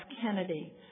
Kennedy